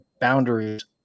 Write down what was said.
boundaries